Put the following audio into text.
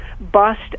bust